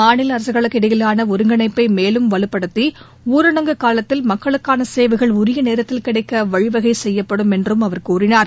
மாநில அரசுகளுக்கு இடையிலான ஒருங்கிணைப்பை மேலும் வலுப்படுத்தி ஊரடங்கு காலத்தில் மக்களுக்கான சேவைகள் உரிய நேரத்தில் கிடைக்க வழிவகை செய்யப்படும் என்றும் அவர் கூறினார்